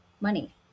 money